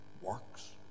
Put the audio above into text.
works